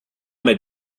mit